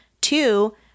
Two